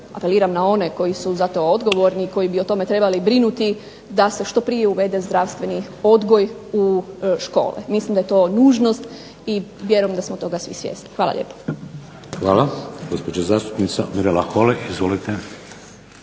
apeliram na one koji su za to odgovorni i koji bi o tome trebali brinuti da se što prije uvede zdravstveni odgoj u škole. Mislim da je to nužnost i vjerujem da smo toga svi svjesni. Hvala lijepo. **Šeks, Vladimir (HDZ)** Hvala. Gospođa zastupnica Mirela Holy. Izvolite.